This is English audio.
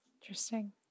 Interesting